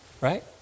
right